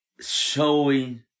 showing